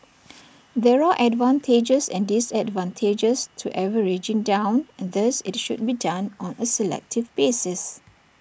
there are advantages and disadvantages to averaging down and thus IT should be done on A selective basis